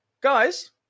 guys